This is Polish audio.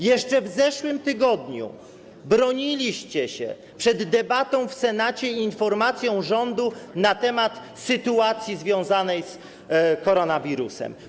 Jeszcze w zeszłym tygodniu broniliście się przed debatą w Senacie i informacją rządu na temat sytuacji związanej z koronawirusem.